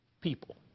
people